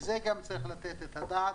על זה גם צריך לתת את הדעת.